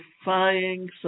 defying